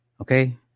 Okay